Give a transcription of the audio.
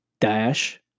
Dash